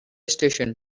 station